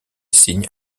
signe